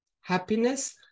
happiness